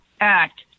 Act